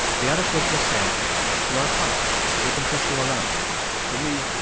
the other kids were saying you're a punk, we can push you around to me,